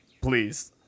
please